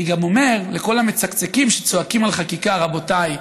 אני גם אומר לכל המצקצקים שצועקים על חקיקה: רבותיי,